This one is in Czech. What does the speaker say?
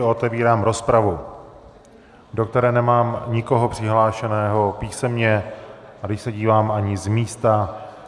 A otevírám rozpravu, do které nemám nikoho přihlášeného písemně, a když se dívám, ani z místa.